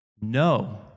No